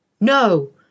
no